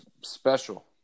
special